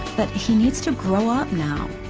but he needs to grow up now.